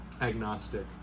agnostic